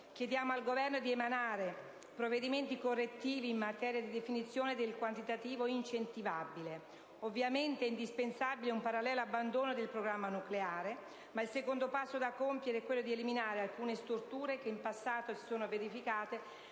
Chiediamo al Governo di emanare i provvedimenti correttivi in materia di definizione del quantitativo incentivabile. Ovviamente è indispensabile un parallelo abbandono del programma nucleare. Ma il secondo passo da compiere è quello di eliminare alcune storture che in passato si sono verificate